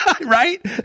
Right